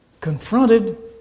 confronted